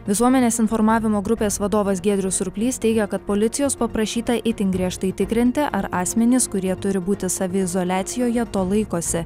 visuomenės informavimo grupės vadovas giedrius surplys teigia kad policijos paprašyta itin griežtai tikrinti ar asmenys kurie turi būti saviizoliacijoje to laikosi